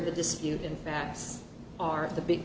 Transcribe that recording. the dispute in facts are the big